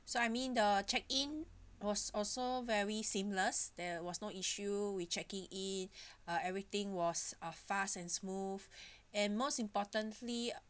so I mean the check-in was also very seamless there was no issue with checking in uh everything was uh fast and smooth and most importantly